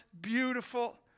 beautiful